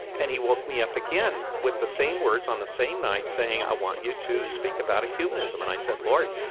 and he woke me up again with the same words on the same night, saying, i want you to speak about ecumenism. and i said, lord,